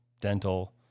dental